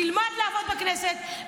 תלמד לעבוד בכנסת,